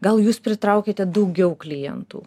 gal jūs pritraukėte daugiau klientų